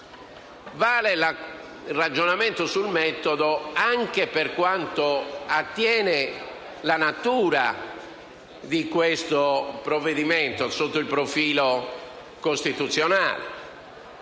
Vale il ragionamento sul metodo anche per quanto attiene alla natura di questo provvedimento sotto il profilo costituzionale,